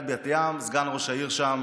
סגן ראש העיר שם